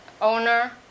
owner